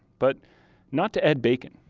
but not to ed bacon.